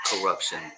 corruption